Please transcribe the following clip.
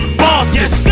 bosses